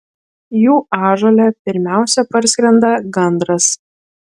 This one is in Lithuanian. jų ąžuole pirmiausia parskrenda gandras